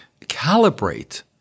calibrate